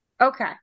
Okay